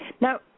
Now